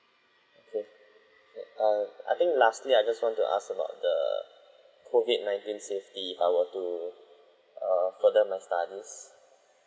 yeah uh I think lastly I just want to ask about the COVID nineteen safety if I were to uh further my studies